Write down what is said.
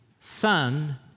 son